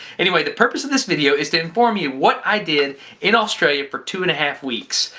anyway the purpose of this video is to inform you what i did in australia for two and a half weeks.